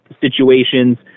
situations